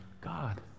God